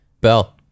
Bell